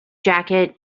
jacket